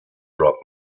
rock